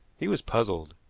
he was puzzled.